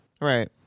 right